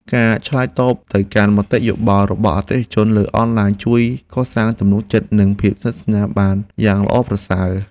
ការឆ្លើយតបទៅកាន់មតិយោបល់របស់អតិថិជនលើអនឡាញជួយកសាងទំនុកចិត្ត និងភាពស្និទ្ធស្នាលបានយ៉ាងល្អប្រសើរ។